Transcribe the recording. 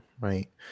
right